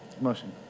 motion